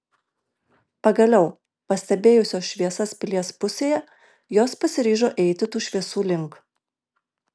pagaliau pastebėjusios šviesas pilies pusėje jos pasiryžo eiti tų šviesų link